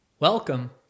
Welcome